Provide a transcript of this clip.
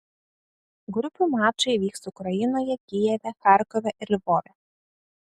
grupių mačai vyks ukrainoje kijeve charkove ir lvove